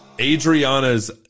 Adriana's